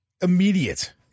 immediate